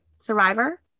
Survivor